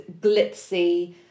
glitzy